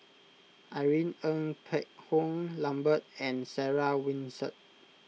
Irene Ng Phek Hoong Lambert and Sarah Winstedt